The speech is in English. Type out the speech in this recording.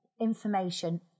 information